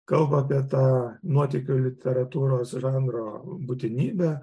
kalba apie tą nuotykių literatūros žanro būtinybę